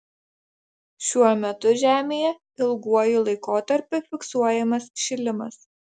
šiuo metu žemėje ilguoju laikotarpiu fiksuojamas šilimas